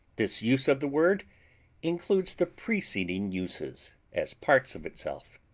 this use of the world includes the preceding uses, as parts of itself.